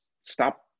stop